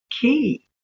key